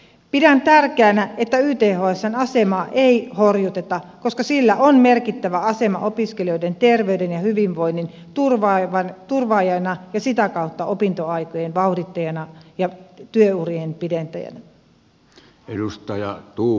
pidän tärkeänä että ythsn asemaa ei horjuteta koska sillä on merkittävä asema opiskelijoiden terveyden ja hyvinvoinnin turvaajana ja sitä kautta opintoaikojen vauhdittajana ja työurien pidentäjänä